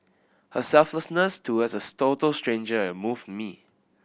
her selflessness towards as total stranger and moved me